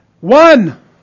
one